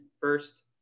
first